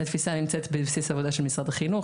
התפיסה נמצאת בבסיס עבודה של משרד החינוך,